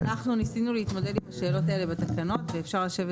אנחנו ניסינו להתמודד על השאלות האלה בתקנות ואפשר לשבת